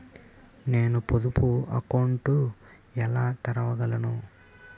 నేను పొదుపు అకౌంట్ను ఎలా తెరవగలను?